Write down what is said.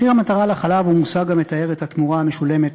"מחיר מטרה לחלב" הוא מושג המתאר את התמורה המשולמת,